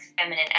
feminine